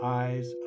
eyes